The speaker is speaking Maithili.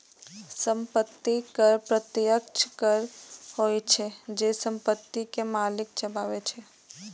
संपत्ति कर प्रत्यक्ष कर होइ छै, जे संपत्ति के मालिक चुकाबै छै